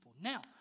Now